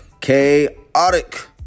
Chaotic